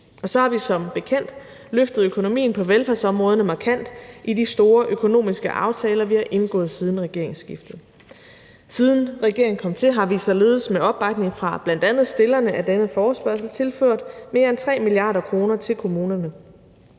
Og så har vi som bekendt løftet økonomien på velfærdsområderne markant i de store økonomiske aftaler, vi har indgået siden regeringsskiftet. Siden regeringen kom til, har vi således med opbakning fra bl.a. stillerne af denne forespørgsel tilført kommunerne mere end 3 mia. kr. De ekstra